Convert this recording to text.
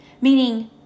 meaning